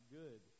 good